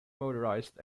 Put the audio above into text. motorized